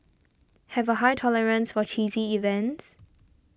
have a high tolerance for cheesy events